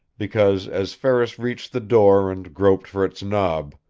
because, as ferris reached the door and groped for its knob,